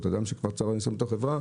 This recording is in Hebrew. אדם שכבר צבר ניסיון בחברה,